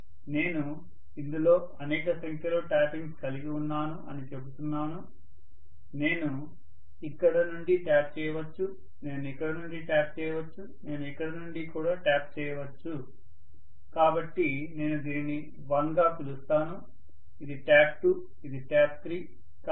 నేను ఇందులో అనేక సంఖ్యలో ట్యాపింగ్స్ కలిగి ఉన్నాను అని చెబుతున్నాను నేను ఇక్కడ నుండి ట్యాప్ చేయవచ్చు నేను ఇక్కడ నుండి ట్యాప్ చేయవచ్చు నేను ఇక్కడ నుండి ట్యాప్ చేయవచ్చు కాబట్టి నేను దీనిని 1 గా పిలుస్తాను ఇది ట్యాప్ 2 ఇది ట్యాప్ 3